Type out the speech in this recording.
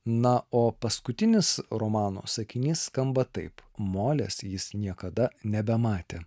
na o paskutinis romano sakinys skamba taip molės jis niekada nebematė